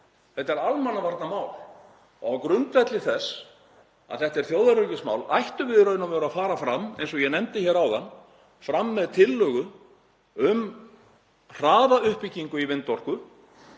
Þetta er almannavarnamál og á grundvelli þess að þetta er þjóðaröryggismál ættum við í raun og veru að fara fram, eins og ég nefndi hér áðan, með tillögur um hraða uppbyggingu í vindorku.